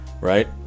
right